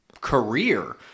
career